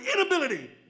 inability